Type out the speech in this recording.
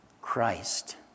Christ